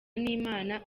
n’imana